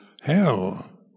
hell